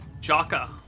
Jaka